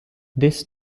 this